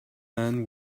man